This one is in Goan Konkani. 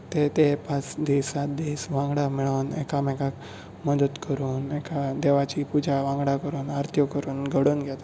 ते ते पांच दीस सात दीस वांगडा मेळोवन एकामेकाक मदत करून एकामेका देवाची पुजा वांगडा करून आर्त्यों करून घडोवन घेतात